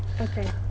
Okay